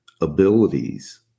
abilities